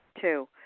Two